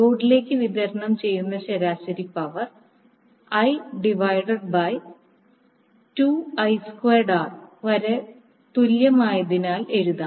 ലോഡിലേക്ക് വിതരണം ചെയ്യുന്ന ശരാശരി പവർ വരെ തുല്യമായതിനാൽ എഴുതാം